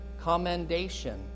commendation